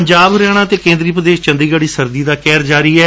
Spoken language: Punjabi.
ਪੰਜਾਬ ਹਰਿਆਣਾ ਅਤੇ ਕੇਦਰੀ ਪ੍ਰਦੇਸ਼ ਚੰਡੀਗੜੁ ਵਿਚ ਸਰਦੀ ਦਾ ਕਹਿਰ ਜਾਰੀ ਏ